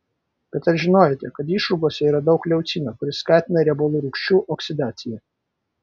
bet ar žinojote kad išrūgose yra daug leucino kuris skatina riebalų rūgščių oksidaciją